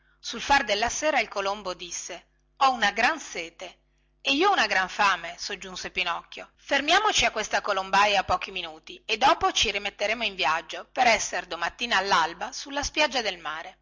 sul far della sera il colombo disse ho una gran sete e io una gran fame soggiunse pinocchio fermiamoci a questa colombaia pochi minuti e dopo ci rimetteremo in viaggio per essere domattina allalba sulla spiaggia del mare